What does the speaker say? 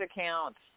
accounts